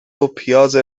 وپیاز